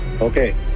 Okay